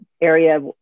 area